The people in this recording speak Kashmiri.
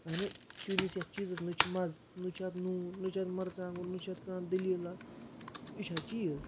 اگر نہٕ چٲنِس یَتھ چیٖزَس نہ چھ مَزٕ نہ چھِ اَتھ نوٗن نہ چھِ اَتھ مَرژٕوانٛگُن نہ چھِ اَتھ کانٛہہ دٔلیٖلہ یہِ چھا چیٖز